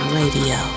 radio